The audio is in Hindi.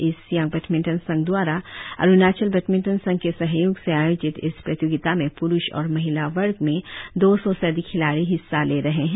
ईस्ट सियांग बैडमिंटन संघ दवारा अरुणाचल बैडमिंटन संघ के सहयोग से आयोजित इस प्रतियोगिता में प्रुष और महिला वर्ग में दो सौ से अधिक खिलाड़ी हिस्सा ले रहे है